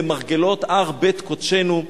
למרגלות הר בית-קודשנו,